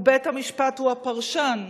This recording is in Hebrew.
ובית-המשפט הוא הפרשן.